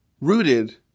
rooted